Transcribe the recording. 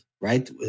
right